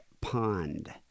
Pond